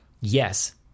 yes